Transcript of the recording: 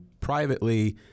privately